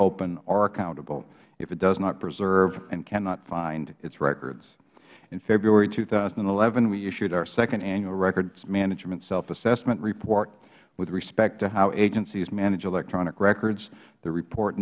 open or accountable if it does not preserve and cannot find its records in february two thousand and eleven we issued our second annual records management self assessment report with respect to how agencies manage electronic records the report